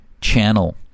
channel